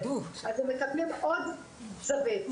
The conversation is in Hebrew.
אז הם מקבלים עוד זווית.